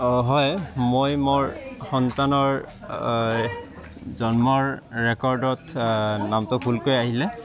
অঁ হয় মই মোৰ সন্তানৰ জন্মৰ ৰেকৰ্ডত নামটো ভুলকৈ আহিলে